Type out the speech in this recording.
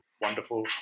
wonderful